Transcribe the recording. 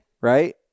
right